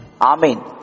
Amen